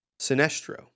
Sinestro